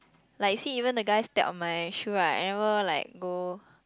like see even the guy step on my shoe right I never like go